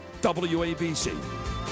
WABC